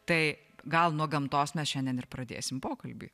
tai gal nuo gamtos mes šiandien ir pradėsim pokalbį